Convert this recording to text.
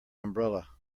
umbrella